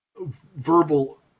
verbal